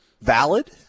Valid